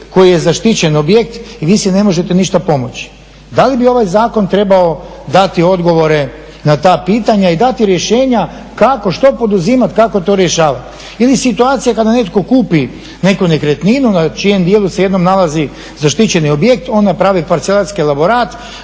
koji je zaštićen objekt i vi si ne možete ništa pomoći. Da li bi ovaj zakon trebao dati odgovore na ta pitanja i dati rješenja kako, što poduzimati, kako to rješavati. Ili situacija kada netko kupi neku nekretninu na čijem dijelu se jednom nalazi zaštićeni objekt, on napravi parcelarski elaborat,